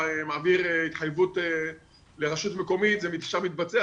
מעביר התחייבות לרשות מקומית זה ישר מתבצע,